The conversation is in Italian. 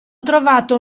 trovato